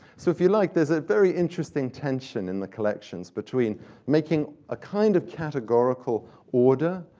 so if you like, there's a very interesting tension in the collections between making a kind of categorical order,